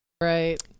right